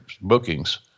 bookings